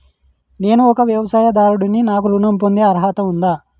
నేను ఒక వ్యవసాయదారుడిని నాకు ఋణం పొందే అర్హత ఉందా?